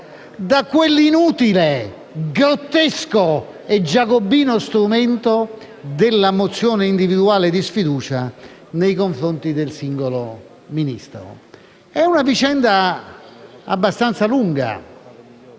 quell'inutile, grottesco e giacobino strumento della mozione individuale di sfiducia nei confronti del singolo Ministro. Questa è una vicenda abbastanza lunga,